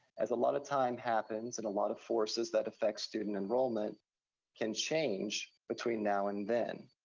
as a lot of time happens, and a lot of forces that affect student enrollment can change between now and then.